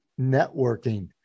networking